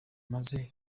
maze